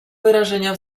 wyrażenia